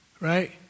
right